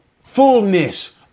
fullness